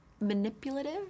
manipulative